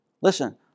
Listen